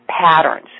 patterns